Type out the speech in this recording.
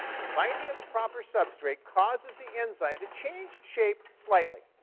the binding of the proper substrate causes the enzyme to change shape slightly.